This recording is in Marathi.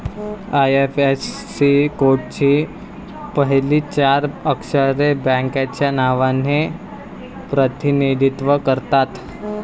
आय.एफ.एस.सी कोडची पहिली चार अक्षरे बँकेच्या नावाचे प्रतिनिधित्व करतात